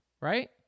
right